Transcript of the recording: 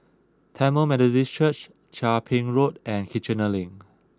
Tamil Methodist Church Chia Ping Road and Kiichener Link